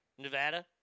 Nevada